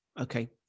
okay